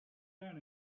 down